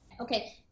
Okay